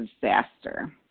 disaster